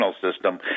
system